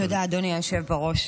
תודה, אדוני היושב בראש.